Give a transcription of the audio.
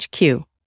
HQ